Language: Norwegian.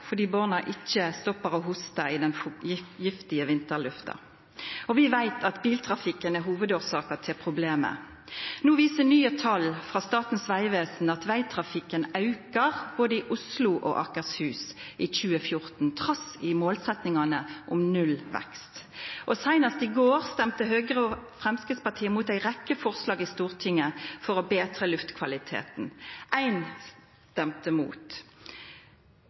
fordi barna ikkje stoppar å hosta i den giftige vinterlufta. Vi veit at biltrafikken er hovudårsaka til problemet. No viser nye tal frå Statens vegvesen at vegtrafikken auka både i Oslo og Akershus i 2014, trass i målsetjingane om nullvekst. Seinast i går stemte Høgre og Framstegspartiet mot ei rekkje forslag i Stortinget for å betra luftkvaliteten. Ein stemte mot